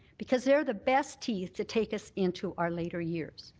because they're the best teeth to take us into our later years.